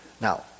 Now